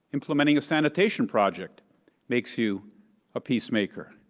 implementing a sanitation project makes you a peacemaker.